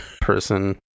person